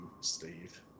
Steve